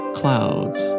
clouds